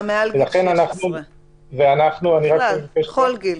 גם מעל גיל 16. בכל גיל.